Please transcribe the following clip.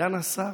סגן השר,